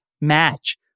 match